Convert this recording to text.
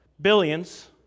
Billions